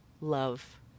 love